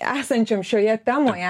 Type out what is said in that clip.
esančiam šioje temoje